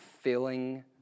filling